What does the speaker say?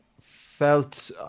felt